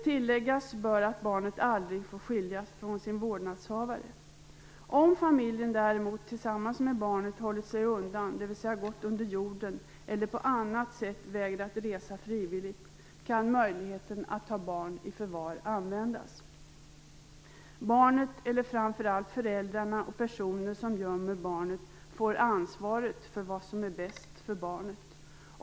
Tilläggas bör att barnet aldrig får skiljas från sin vårdnadshavare. Om familjen däremot tillsammans med barnet hållit sig undan, dvs. gått under jorden eller på annat sätt vägrat resa frivilligt, kan möjligheten att ta barn i förvar användas. Barnet eller framför allt föräldrarna och personer som gömmer familjen får ansvaret för vad som är bäst för barnet.